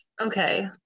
okay